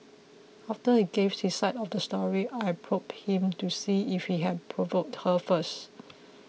after he gave his side of the story I probed him to see if he had provoked her first